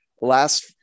last